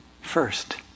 first